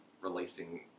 releasing